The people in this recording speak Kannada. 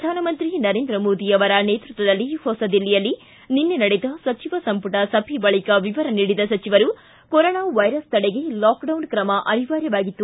ಪ್ರಧಾನಮಂತ್ರಿ ನರೇಂದ್ರ ಮೋದಿಯವರ ನೇತೃತ್ವದಲ್ಲಿ ಹೊಸದಿಲ್ಲಿಯಲ್ಲಿ ನಿನ್ನೆ ನಡೆದ ಸಚಿವ ಸಂಮಟ ಸಭೆ ಬಳಿಕ ವಿವರ ನೀಡಿದ ಸಚಿವರು ಕೊರೋನಾ ವೈರಸ್ ತಡೆಗೆ ಲಾಕ್ಡೌನ್ ಕ್ರಮ ಅನಿವಾರ್ಯವಾಗಿತ್ತು